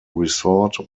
resort